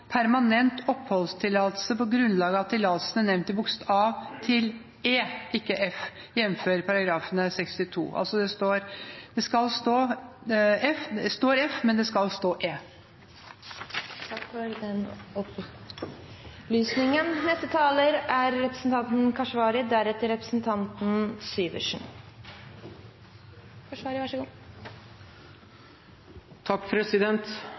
permanent oppholdstillatelse på grunnlag av tillatelsene nevnt i bokstav a til e, jf. § 62 – ikke «bokstav a til f, jf. § 62», som det står i innstillingen. Det står «f», men det skal stå «e». Takk for den opplysningen. Det er